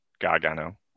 gargano